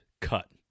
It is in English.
cut